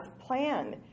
plan